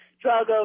drug